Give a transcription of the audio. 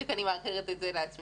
בדיוק אני מהרהרת את זה לעצמי,